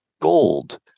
gold